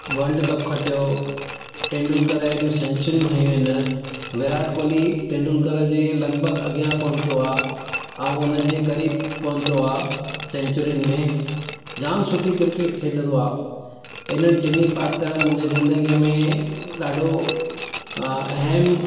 world cup खटियो हो तेंदुल्कर हेॾी सेंचुरियूं हंयूं आहिनि विराट कोहली तेंदुल्कर जे लॻिभॻि अॻियां पहुतो आहे ऐं हुनजे क़रीबु पहुतो आहे सेंचुरियुन में जामु सुठी क्रिकेट खेॾंदो आहे हिननि टिन्ही पात्रनि मुंहिंजे ज़िंन्दगीअ में ॾाढो अहम